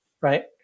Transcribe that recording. right